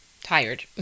Tired